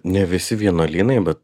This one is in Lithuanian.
ne visi vienuolynai bet